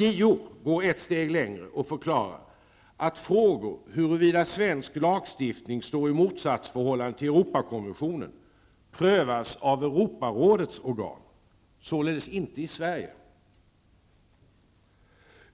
JO går ett steg längre och förklarar att frågor om huruvida svensk lagstiftning står i motsatsförhållande till Europakonventionen prövas av Europarådets organ -- således inte i Sverige.